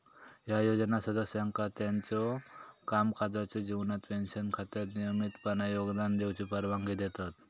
ह्या योजना सदस्यांका त्यांच्यो कामकाजाच्यो जीवनात पेन्शन खात्यात नियमितपणान योगदान देऊची परवानगी देतत